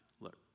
look